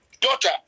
daughter